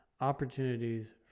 opportunities